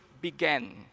began